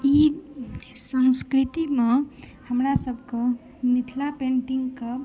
ई संस्कृतिमे हमरा सभकेॅं मिथिला पेन्टिंग के